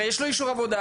הרי יש לו אישור עבודה.